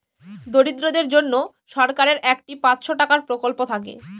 দরিদ্রদের জন্য সরকারের একটি পাঁচশো টাকার প্রকল্প থাকে